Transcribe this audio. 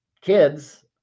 kids